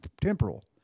temporal